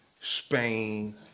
Spain